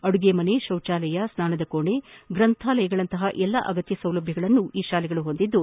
ಅಡುಗೆ ಮನೆ ಶೌಚಾಲಯಗಳು ಸ್ನಾನದ ಕೋಣೆ ಗ್ರಂಥಾಲಯಗಳಂತಹ ಎಲ್ಲಾ ಅಗತ್ಯ ಸೌಲಭ್ಯಗಳನ್ನು ಈ ಶಾಲೆಗಳು ಹೊಂದಿದ್ದು